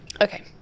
okay